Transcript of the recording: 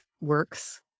works